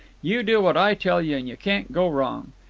you do what i tell you and you can't go wrong.